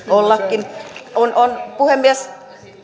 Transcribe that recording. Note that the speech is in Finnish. ollakin on on puhemies